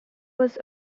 was